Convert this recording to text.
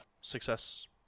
success